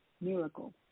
miracle